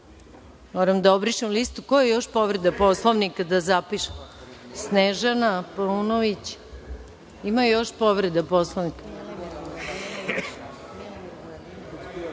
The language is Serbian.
da obrišem listu, ko je još povreda Poslovnika da zapišem? Snežana Paunović. Ima li još povreda Poslovnika?